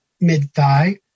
mid-thigh